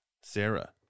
Sarah